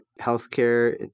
healthcare